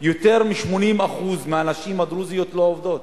יותר מ-80% מהנשים הדרוזיות לא עובדות,